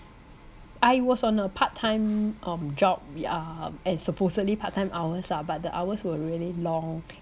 I was on a part-time um job we are and supposedly part-time hours ah but the hours were really long